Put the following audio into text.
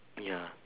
ya